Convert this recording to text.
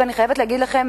ואני חייבת להגיד לכם,